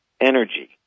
energy